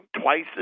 twice